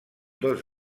dos